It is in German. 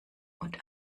und